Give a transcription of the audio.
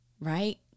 right